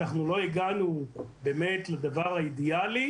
לא הגענו באמת לדבר האידיאלי,